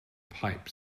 pipe